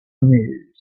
amused